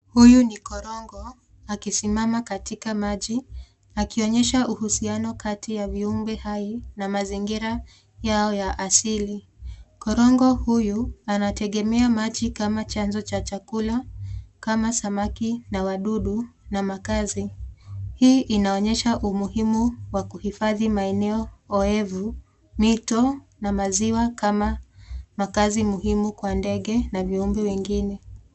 Huyu ni korongo akisimama katika maji akionyesha uhusiano kati ya viumbe hai na mazingira yao ya asili. Korogo huyu anategemea maji kama chanzo cha chakula kama samaki na wadudu na makaazi ,hii inaonyesha umuhimu wa kuhifadhi maeneo oevu, mito na maziwa kama na kazi muhimu kwa ndege na viumbe wengine.